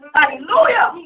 Hallelujah